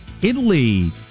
Italy